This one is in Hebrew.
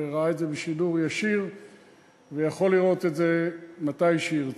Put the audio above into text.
רואה את זה בשידור ישיר והוא יכול לראות את זה מתי שירצה.